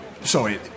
Sorry